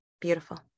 Beautiful